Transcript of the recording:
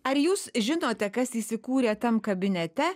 ar jūs žinote kas įsikūrė ten kabinete